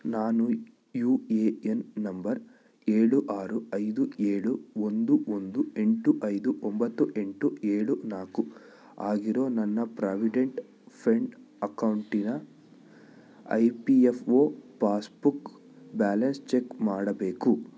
ನಾನು U A N number ಏಳು ಆರು ಐದು ಏಳು ಒಂದು ಒಂದು ಎಂಟು ಐದು ಒಂಬತ್ತು ಎಂಟು ಏಳು ನಾಲ್ಕು ಆಗಿರೋ ನನ್ನ ಪ್ರಾವಿಡೆಂಟ್ ಫೆಂಡ್ ಅಕೌಂಟಿನ E P F O passbook balance check ಮಾಡಬೇಕು